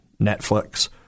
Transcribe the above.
Netflix